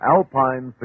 Alpine